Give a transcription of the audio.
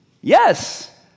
Yes